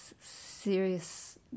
serious